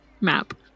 map